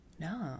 No